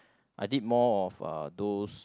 I did more of uh those